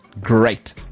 great